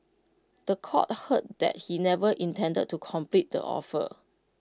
The Court heard that he never intended to complete the offer